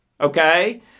okay